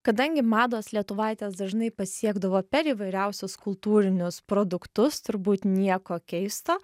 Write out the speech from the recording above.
kadangi mados lietuvaites dažnai pasiekdavo per įvairiausius kultūrinius produktus turbūt nieko keisto